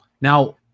Now